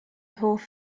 hoff